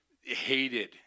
hated